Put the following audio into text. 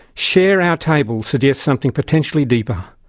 share our table suggests something potentially deeper.